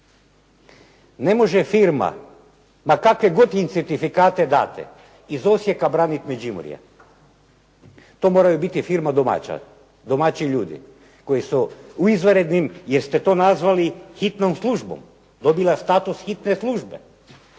Ne može firma ma kakve god im certifikate date iz Osijeka braniti Međimurje. To mora biti firma domaća, domaći ljudi koji su u izvanrednim jer ste to nazvali hitnom službom, dobila status hitne službe.